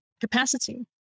capacity